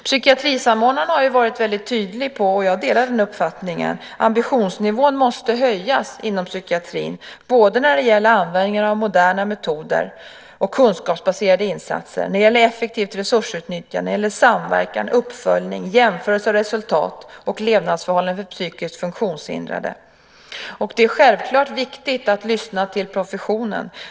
Psykiatrisamordnaren har varit tydlig när det gäller att ambitionsnivån måste höjas inom psykiatrin både när det gäller användning av moderna metoder och kunskapsbaserade insatser. Jag delar den uppfattningen. Det gäller också effektivt resursutnyttjande, samverkan, uppföljning, jämförelse av resultat och levnadsförhållanden för psykiskt funktionshindrade. Det är självfallet viktigt att lyssna till professionen.